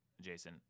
Jason